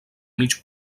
mig